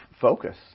focus